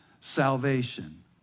salvation